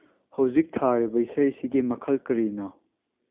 ꯍꯧꯖꯤꯛ ꯊꯥꯔꯤꯕ ꯏꯁꯩꯁꯤꯒꯤ ꯃꯈꯜ ꯀꯔꯤꯅꯣ